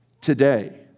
today